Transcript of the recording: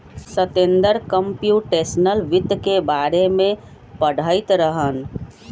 Satender computational वित्त के बारे में पढ़ईत रहन